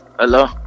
Hello